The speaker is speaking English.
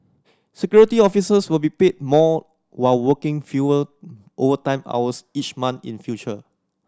Security Officers will be paid more while working fewer overtime hours each month in future